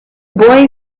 boy